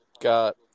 got